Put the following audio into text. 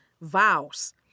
vows